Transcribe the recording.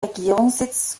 regierungssitz